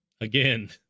again